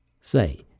Say